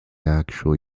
actual